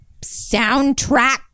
soundtrack